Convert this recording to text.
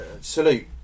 Salute